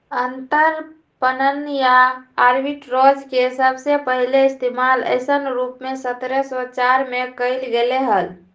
अंतरपणन या आर्बिट्राज के सबसे पहले इश्तेमाल ऐसन रूप में सत्रह सौ चार में कइल गैले हल